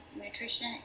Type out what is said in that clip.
nutrition